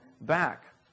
back